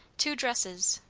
two dresses.